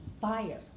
Fire